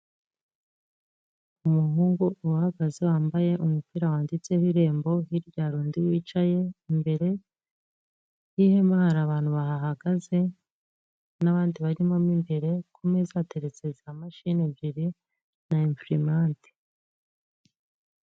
Umuhungu uhagaze wambaye umupira wanditseho irembo. Hirya hari undi wicaye imbere y'ihema hari abantu bahahagaze, n'abandi barimo imbere. Ku meza hateretse za mashini ebyiri na imprimente.